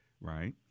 right